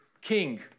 king